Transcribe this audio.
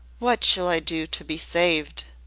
what shall i do to be saved?